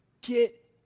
Get